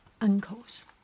uncles